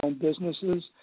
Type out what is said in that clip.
businesses